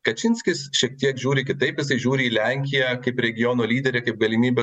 kačinskis šiek tiek žiūri kitaip jisai žiūri į lenkiją kaip regiono lyderę kaip galimybę